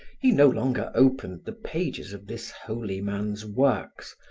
he no longer opened the pages of this holy man's works,